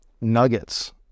nuggets